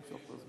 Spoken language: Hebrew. אמשוך את הזמן?